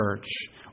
church